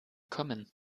kommen